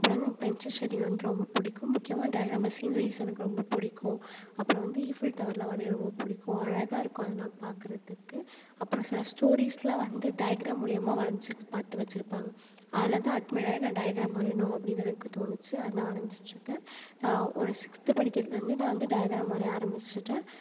அப்புறம் வந்து எனக்கு பென்சில் ஷேட்டிங் வந்து ரொம்ப பிடிக்கும் முக்கியமாக டயக்ராம்மில சீனரீஸ் எனக்கு ரொம்ப பிடிக்கும் அப்புறம் வந்து ஈஃபில் டவர்லாம் வரைய ரொம்ப பிடிக்கும் அழகாக இருக்கும் அதெல்லாம் பார்க்கறதுக்கு அப்புறம் சில ஸ்டோரிஸ்லாம் வந்து டயக்ராம் மூலியமாக வரஞ்சு பார்த்து வச்சுருப்பாங்க அதில் தான் அட்மையர் ஆயி நான் டயக்ராம் வரையணும் அப்படின்னு எனக்குத் தோணுச்சு அது தான் வரஞ்சிட்டுருக்கேன் நான் ஒரு சிக்ஸ்த்து படிக்கிறதுலேருந்து நான் வந்து டயக்ராம் வரைய ஆரம்பிச்சிவிட்டேன்